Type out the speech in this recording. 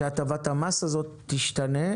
שהטבת המס הזאת תשתנה,